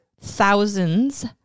thousands